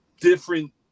different